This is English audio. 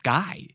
Guy